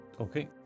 okay